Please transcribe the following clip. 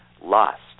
lost